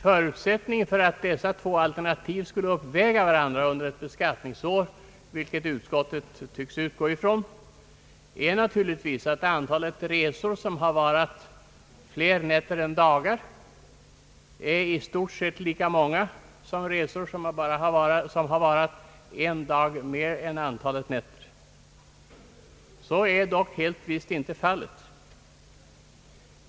Förutsättningen för att dessa två alternativ skulle uppväga varandra under ett beskattningsår, vilket utskottet tycks utgå ifrån, är naturligtvis att antalet resor som har varat flera nätter än dagar är i stort sett lika många som resor, vilka varat en dag mer än antalet nätter. Så är dock helt visst inte fallet.